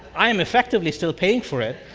i am effectively still paying for it